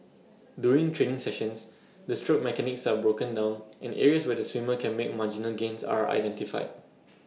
during training sessions the stroke mechanics are broken down and areas where the swimmer can make marginal gains are identified